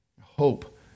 Hope